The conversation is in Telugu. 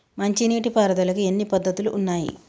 మంచి నీటి పారుదలకి ఎన్ని పద్దతులు ఉన్నాయి?